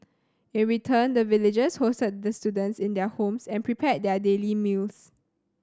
in return the villagers hosted the students in their homes and prepared their daily meals